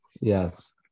Yes